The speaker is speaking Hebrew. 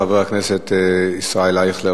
חבר הכנסת ישראל אייכלר,